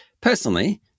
personally